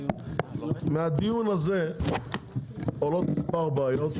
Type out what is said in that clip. מהדיון הזה עולות מספר בעיות,